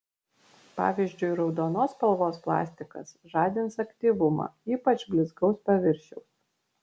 pavyzdžiui raudonos spalvos plastikas žadins aktyvumą ypač blizgaus paviršiaus